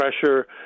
pressure